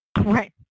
Right